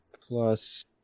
plus